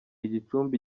igicumbi